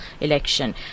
election